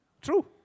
True